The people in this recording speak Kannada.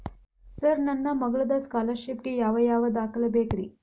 ಸರ್ ನನ್ನ ಮಗ್ಳದ ಸ್ಕಾಲರ್ಷಿಪ್ ಗೇ ಯಾವ್ ಯಾವ ದಾಖಲೆ ಬೇಕ್ರಿ?